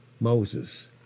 Moses